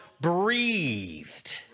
breathed